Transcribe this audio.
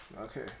Okay